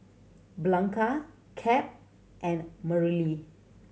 Blanca Cap and Mareli